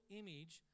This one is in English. image